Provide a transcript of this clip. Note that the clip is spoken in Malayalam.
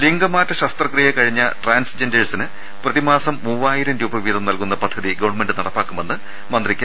ലിംഗമാറ്റ ശസ്ത്രക്രിയ കഴിഞ്ഞ ട്രാൻസ്ജെന്റേഴ്സിന് പ്രതിമാസം മൂവായിരം രൂപവീതം നൽകുന്ന പദ്ധതി ഗവൺമെന്റ് നടപ്പാക്കുമെന്ന് മന്ത്രി കെ